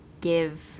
give